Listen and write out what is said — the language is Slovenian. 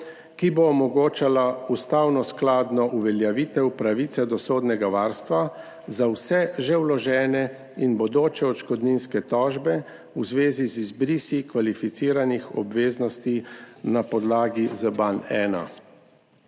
ki bo omogočala ustavnoskladno uveljavitev pravice do sodnega varstva za vse že vložene in bodoče odškodninske tožbe v zvezi z izbrisi kvalificiranih obveznosti na podlagi ZBan-1.«